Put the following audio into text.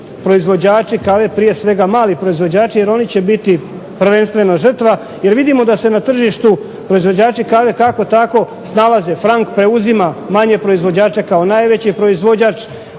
proizvođači kave prije svega mali proizvođači, jer oni će biti prvenstveno žrtva, jer vidimo da se na tržištu proizvođači kave kako tako snalaze, Franck preuzima manje proizvođača kao najveći proizvođač,